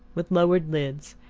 with lowered lids,